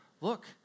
look